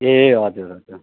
ए हजुर हजुर